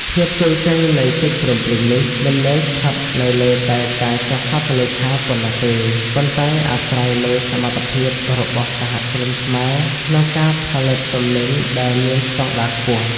ភាពជោគជ័យនៃកិច្ចព្រមព្រៀងនេះ មិនមែនស្ថិតនៅលើតែការចុះហត្ថលេខាប៉ុណ្ណោះទេ ប៉ុន្តែអាស្រ័យលើសមត្ថភាពរបស់សហគ្រិនខ្មែរក្នុងការផលិតទំនិញដែលមានស្ដង់ដារខ្ពស់។